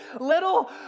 little